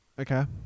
Okay